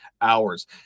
hours